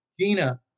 Gina